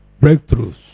breakthroughs